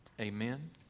Amen